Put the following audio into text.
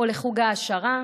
או לחוג העשרה,